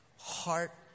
heart